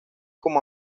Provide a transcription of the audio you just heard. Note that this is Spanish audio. como